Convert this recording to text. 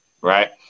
Right